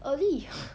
early